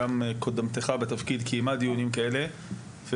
גם קודמתך בתפקיד קיימה דיונים כאלה.